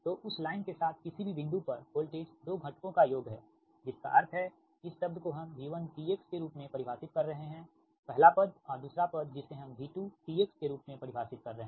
तो उस लाइन के साथ किसी भी बिंदु पर वोल्टेज दो घटकों का योग है जिसका अर्थ है इस शब्द को हम V1t x के रूप में परिभाषित कर रहे हैं पहला पद और दूसरा पद जिसे हम V2 t x के रूप में परिभाषित कर रहे हैं